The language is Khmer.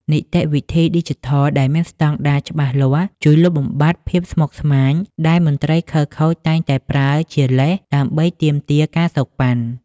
នីតិវិធីឌីជីថលដែលមានស្ដង់ដារច្បាស់លាស់ ជួយលុបបំបាត់ភាពស្មុគស្មាញដែលមន្ត្រីខិលខូចតែងតែប្រើជាលេសដើម្បីទាមទារ ការសូកប៉ាន់។